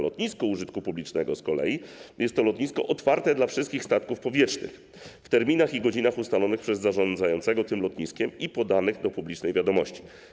Lotnisko użytku publicznego z kolei jest to: lotnisko otwarte dla wszystkich statków powietrznych w terminach i godzinach ustalonych przez zarządzającego tym lotniskiem i podanych do publicznej wiadomości.